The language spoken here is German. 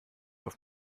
auf